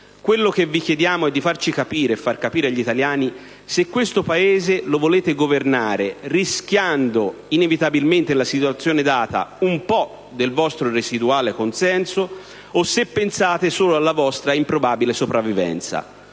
Quello che vi chiediamo è di farci capire e far capire agli italiani se questo Paese lo volete governare, rischiando, inevitabilmente nella situazione data, un po' del vostro residuale consenso, o se pensate solo alla vostra improbabile sopravvivenza.